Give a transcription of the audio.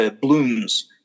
blooms